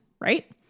right